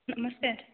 ନମସ୍କାର